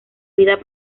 vida